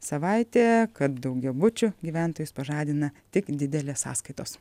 savaitė kad daugiabučių gyventojus pažadina tik didelės sąskaitos